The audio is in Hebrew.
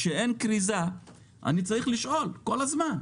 כאשר אין כריזה אני צריך לשאול כל הזמן.